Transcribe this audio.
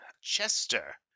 Chester